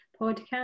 podcast